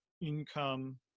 income